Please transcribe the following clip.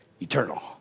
eternal